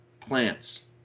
plants